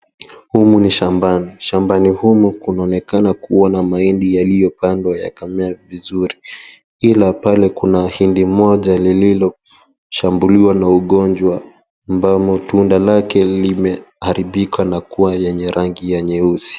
Humu ni shambani, shambani humu mnaonekana kuwa na mahindi yaliyopandwa yakamea vizuri ila pale kuna hindi moja lililoshambuliwa na ugonjwa ambamo tunda lake limeharibika na kuwa lenye rangi ya nyeusi.